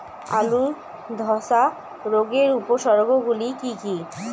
আলুর ধ্বসা রোগের উপসর্গগুলি কি কি?